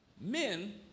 men